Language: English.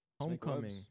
Homecoming